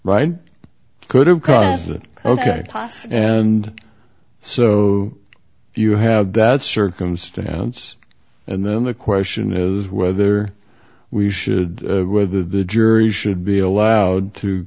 right could have caused it ok cause and so you have that circumstance and then the question is whether we should whether the jury should be allowed to